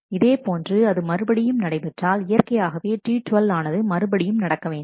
இதேபோன்று அது மறுபடியும் நடைபெற்றால் இயற்கையாகவே T12 ஆனது மறுபடியும் நடக்க வேண்டும்